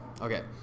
okay